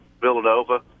Villanova